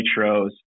nitros